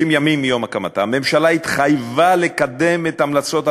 הממשלה התחייבה לקדם את המלצות הוועדה,